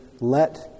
let